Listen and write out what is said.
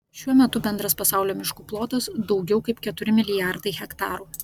šiuo metu bendras pasaulio miškų plotas daugiau kaip keturi milijardai hektarų